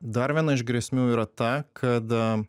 dar viena iš grėsmių yra ta kad